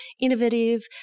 innovative